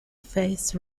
face